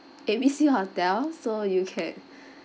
A B C hotel so you can